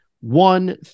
one